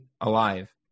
alive